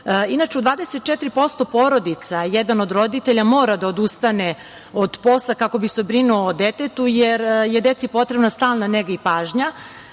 Inače, u 24% porodica jedan od roditelja mora da odustane od posla kako bi se brinuo o detetu, jer je deci potrebna stalna nega i pažnja,